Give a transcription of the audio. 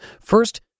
First